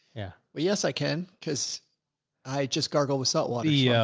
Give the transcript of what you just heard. yeah. well, yes i can because i just gargle with salt water. yeah